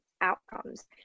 outcomes